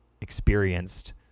experienced